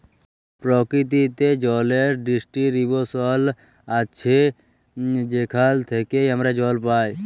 পরকিতিতে জলের ডিস্টিরিবশল আছে যেখাল থ্যাইকে আমরা জল পাই